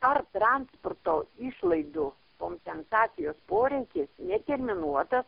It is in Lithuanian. ar transporto išlaidų kompensacijos poreikį neterminuotas